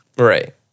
Right